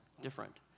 different